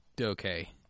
okay